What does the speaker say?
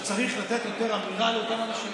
שצריך לתת יותר אמירה לאנשים.